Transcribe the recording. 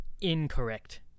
incorrect